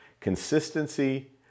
consistency